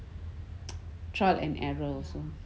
trial and error also